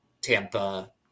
Tampa